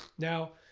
now,